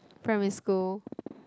primary school